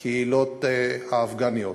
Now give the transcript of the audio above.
הקהילות האפגניות.